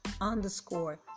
Underscore